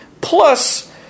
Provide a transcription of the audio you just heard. Plus